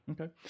Okay